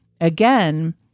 again